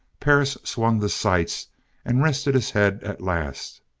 perris swung the sights and rested his head, at last,